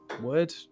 word